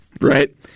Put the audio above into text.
right